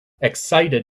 excited